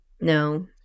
No